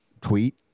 tweet